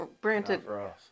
Granted